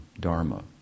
Dharma